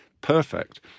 perfect